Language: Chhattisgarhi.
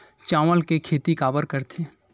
चावल के खेती काबर करथे?